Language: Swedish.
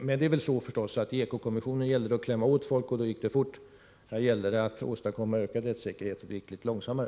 Men i EKO-kommissionen gällde det förstås att klämma åt folk och då gick det fort. Här gäller det att åstadkomma ökad rättssäkerhet, vilket går långsammare.